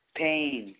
pain